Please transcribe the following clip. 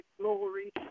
glory